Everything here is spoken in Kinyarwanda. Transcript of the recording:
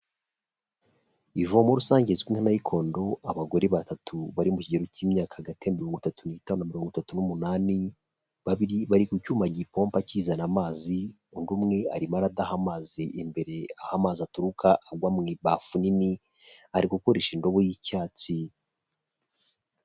Ivomo rusange rizwi nka Nayikondo abagore batatu bari mu kigero cy'imyaka hagati mirongo itatu n'itanu na mirongo itatu n'umunani babiri bari ku cyuma gipompa kizana amazi undi umwe arimo aradaha amazi imbere aho amazi aturuka agwa mu ibafu nini ari gukoresha indobo y'icyatsi.